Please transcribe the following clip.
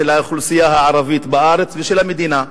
האוכלוסייה הערבית בארץ ושל המדינה,